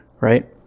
right